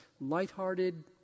lighthearted